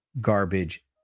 garbage